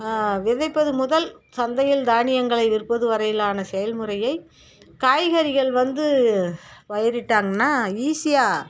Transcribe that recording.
விதைப்பது முதல் சந்தையில் தானியங்களை விற்பது வரையிலான செயல் முறையை காய்கறிகள் வந்து பயிரிட்டாங்கனா ஈஸியாக